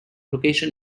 location